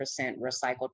recycled